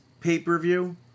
pay-per-view